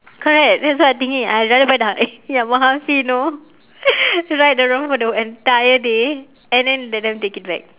correct that's what I thinking I rather buy you know ride around for the entire day and then let them take it back